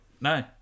No